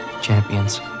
champions